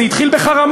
זה התחיל בחרמות,